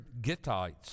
Gittites